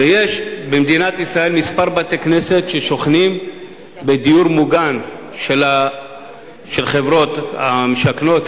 ויש במדינת ישראל כמה בתי-כנסת ששוכנים בדיור מוגן של חברות משכנות,